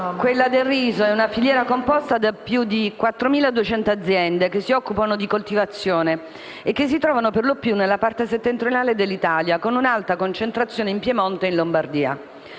quella del riso è una filiera composta da più di 4.200 aziende, che si occupano di coltivazione e si trovano perlopiù nella parte settentrionale dell'Italia, con un'alta concentrazione in Piemonte e Lombardia.